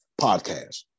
Podcast